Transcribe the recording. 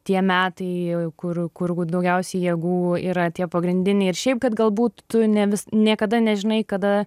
tie metai kur kur daugiausiai jėgų yra tie pagrindiniai ir šiaip kad galbūt tu ne vis niekada nežinai kada